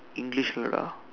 English word lah